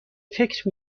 فکر